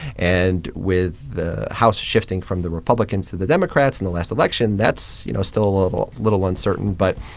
and with the house shifting from the republicans to the democrats in the last election, that's, you know, still a little little uncertain. but,